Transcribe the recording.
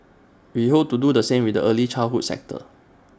we hope to do the same with the early childhood sector